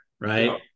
Right